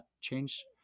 change